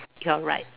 you are right